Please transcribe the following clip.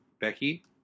Becky